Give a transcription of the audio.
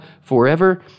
forever